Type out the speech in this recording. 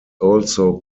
also